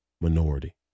minority